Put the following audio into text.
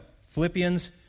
philippians